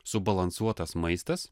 subalansuotas maistas